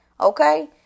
okay